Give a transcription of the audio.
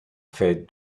fait